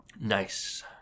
Nice